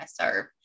serve